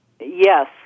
Yes